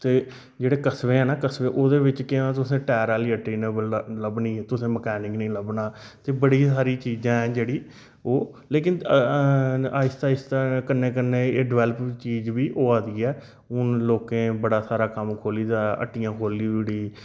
ते जेहड़े कस्बे है ना कस्बे ओह्दे बिच केह् है टायर आह्ली हट्टी नेईं लब्भनी ऐ तुसेंगी मकेनिक नेईं लब्भना बड़ी सारी चीज़ा ना जेहड़ी ओह् लोकिन आस्ता आस्ता कन्नै कन्नै डिबैलप चीज़ बी होआदी ऐ हून लोकें बड़ा सारा कम्म खोह्ली ओड़ेआ हट्टियां खोह्ली ओड़ियां